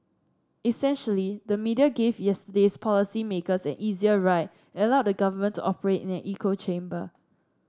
essentially the media gave yesterday's policy makers an easier ride and allowed the government to operate in an echo chamber